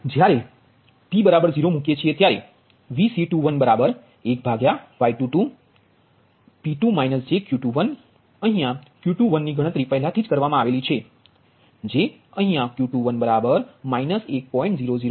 જ્યારે p 0 મૂકીએ છીએ ત્યારે Vc21બરાબર 1Y22 P2 jQ21 અહીયા Q21 ગણતરી પહેલાથી જ કરવામાં આવેલી છે જે અહીંયા Q21 1